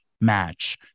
match